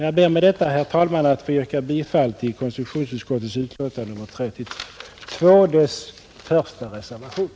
Jag ber med detta, herr talman, att få yrka bifall till reservationen 1 vid konstitutionsutskottets betänkande nr 32.